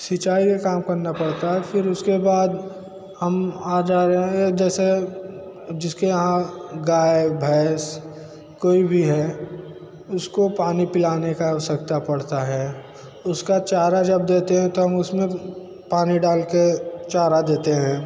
सिचाई का काम करना पड़ता है फिर उसके बाद हम आ जा रहे हैं या जैसे जिसके यहाँ गाय भैंस कोई भी है उसको पानी पिलाने की आवश्यकता पड़ती है उसका चारा जब देते हैं तो हम उसमें पानी डाल के चारा देते हैं